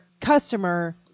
customer